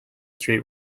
street